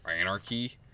anarchy